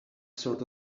sort